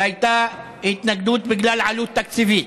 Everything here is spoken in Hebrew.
והייתה התנגדות בגלל עלות תקציבית.